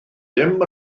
ddim